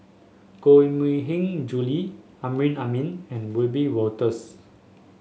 Koh Mui Hiang Julie Amrin Amin and Wiebe Wolters